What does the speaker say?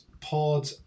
pod